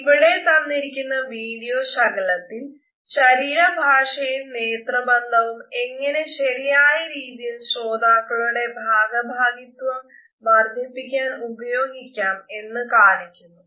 ഇവിട തന്നിരിക്കുന്ന വീഡിയോ ശകലത്തിൽ ശരീരഭാഷയും നേത്രബന്ധവും എങ്ങനെ ശരിയായ രീതിയിൽ ശ്രോതാക്കളുടെ ഭാഗഭാഗിത്വം വർധിപ്പിക്കാൻ ഉപയോഗിക്കാം എന്ന് കാണിക്കുന്നു